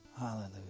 Hallelujah